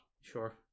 Sure